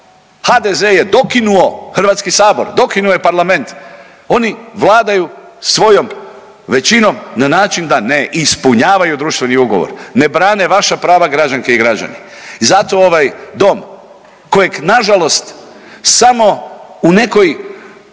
HDZ je dokinuo HS, dokinuo je parlament, oni vladaju svojom većinom na način da ne ispunjavaju društveni ugovor, ne brane vaša prava građanke i građani i zato ovaj dom kojeg nažalost samo u nekoj